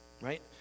right